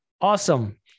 Awesome